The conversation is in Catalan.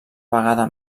vegada